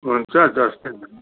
हुन्छ जस्तो भए नि